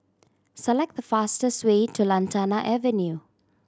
select the fastest way to Lantana Avenue